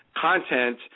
content